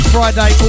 Friday